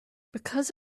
because